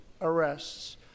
arrests